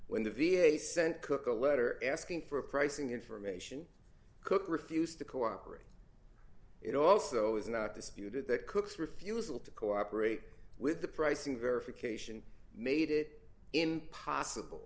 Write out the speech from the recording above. when the v a sent cook a letter asking for pricing information cook refused to cooperate it also is not disputed that cook's refusal to cooperate with the pricing verification made it impossible